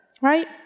right